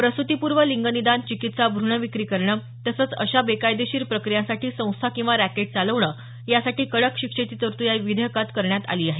प्रसूतीपूर्व लिंगनिदान चिकित्सा भ्रूणविक्री करणं तसंच अशा बेकायदेशीर प्रक्रियांसाठी संस्था किंवा रॅकेट चालवणं यासाठी कडक शिक्षेची तरतूद या विधेयकात केली आहे